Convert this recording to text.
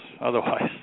otherwise